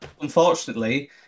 Unfortunately